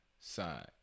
side